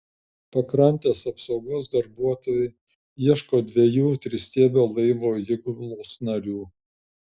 pakrantės apsaugos darbuotojai ieško dviejų tristiebio laivo įgulos narių